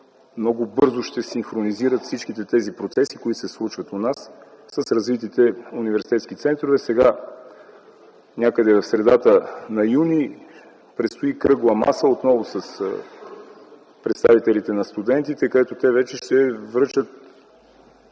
много бързо ще се синхронизират всички процеси, които се случват у нас, с развитите университетски центрове. Сега – някъде към средата на м. юни 2010 г., предстои Кръгла маса отново с представителите на студентите, където те ще връчат